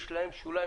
יש להם שוליים.